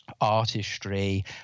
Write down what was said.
artistry